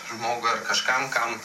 žmogui ar kažkam kam